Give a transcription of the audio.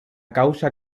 causa